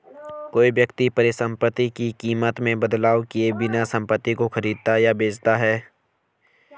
कोई व्यक्ति परिसंपत्ति की कीमत में बदलाव किए बिना संपत्ति को खरीदता या बेचता है